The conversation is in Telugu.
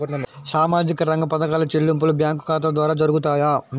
సామాజిక రంగ పథకాల చెల్లింపులు బ్యాంకు ఖాతా ద్వార జరుగుతాయా?